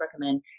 recommend